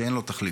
שאין לו תחליף.